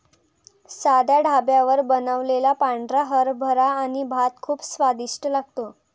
साध्या ढाब्यावर बनवलेला पांढरा हरभरा आणि भात खूप स्वादिष्ट लागतो